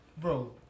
Bro